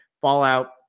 Fallout